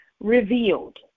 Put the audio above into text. Revealed